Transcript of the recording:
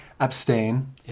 abstain